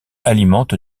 alimente